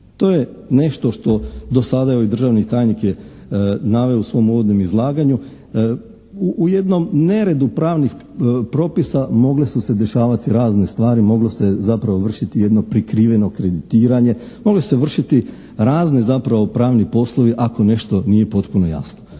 To je nešto što do sada evo i državni tajnik je naveo u svom uvodnom izlaganju. U jednom neredu pravnih propisa mogle su se dešavati razne stvari. Moglo se zapravo vršiti jedno prikriveno kreditiranje, moglo se vršiti razne zapravo pravni poslovi ako nešto nije potpuno jasno.